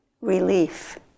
relief